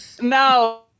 no